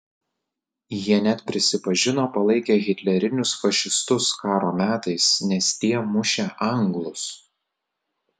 jie net prisipažino palaikę hitlerinius fašistus karo metais nes tie mušę anglus